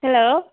hello